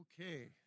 Okay